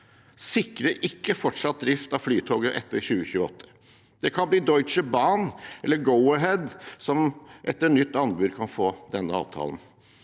sikrer ikke fortsatt drift av Flytoget etter 2028. Det kan bli Deutsche Bahn eller Go-Ahead som etter nytt anbud kan få denne avtalen.